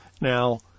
Now